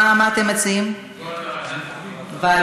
מה אתם מציעים, ועדה?